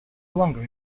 longer